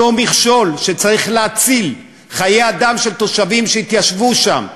אותו מכשול שצריך להציל חיי אדם של תושבים שהתיישבו שם.